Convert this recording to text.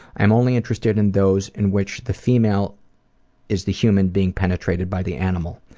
i am only interested in those in which the female is the human being penetrated by the animal.